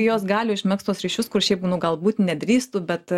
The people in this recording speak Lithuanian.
jos gali užmegzt tuos ryšius kur šiaip nu galbūt nedrįstų bet